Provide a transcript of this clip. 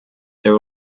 there